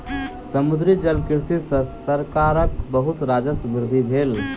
समुद्री जलकृषि सॅ सरकारक बहुत राजस्वक वृद्धि भेल